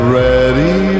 ready